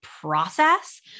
process